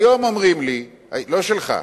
לא שלך,